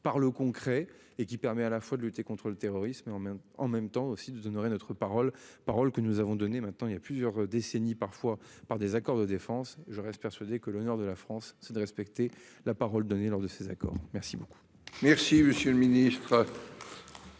par le concret et qui permet à la fois de lutter contre le terrorisme en même en même temps aussi de honorer notre parole parole que nous avons donné maintenant il y a plusieurs décennies parfois par des accords de défense. Je reste persuadé que le nord de la France, c'est de respecter la parole donnée lors de ces accords. Merci beaucoup. Merci, monsieur le Ministre.